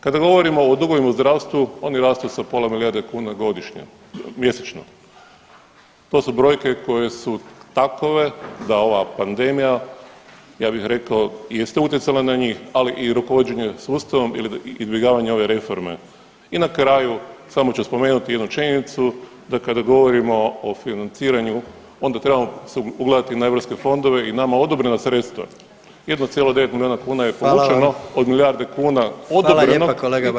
Kada govorimo o dugovima u zdravstvu oni rastu sa pola milijarde kuna godišnje, mjesečno, to su brojke koje su takove da ova pandemija ja bih rekao jeste utjecala na njih, ali i rukovođenje sustavom ili izbjegavanje ove reforme i na kraju samo ću spomenuti jednu činjenicu da kada govorimo o financiranju onda trebamo se ugledati na europske fondove i nama odobrena sredstva, 1,9 milijuna kuna je povučeno od milijarde kuna odobreno i to je ono što moramo…